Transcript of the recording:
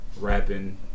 Rapping